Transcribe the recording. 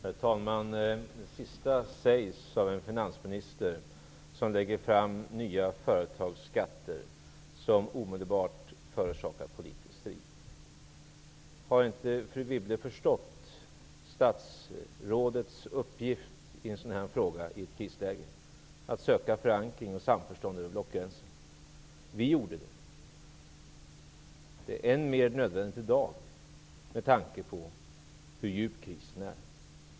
Herr talman! Det sista sades av en finansminister som lägger fram nya företagsskatter som omedelbart förorsakar politisk strid. Har inte fru Wibble förstått statsrådets uppgift i en sådan här fråga i ett krisläge, nämligen att söka förankring och samförstånd över blockgränserna? Vi gjorde det. Det är än mer nödvändigt i dag, med tanke på hur djup krisen är.